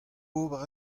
ober